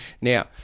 Now